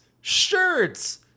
shirts